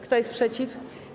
Kto jest przeciw?